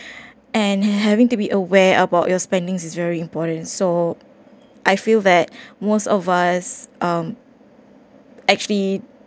and having to be aware about your spending is very important so I feel that most of us um actually